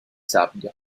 sabbia